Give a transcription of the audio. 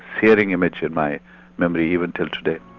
searing image in my memory, even till today.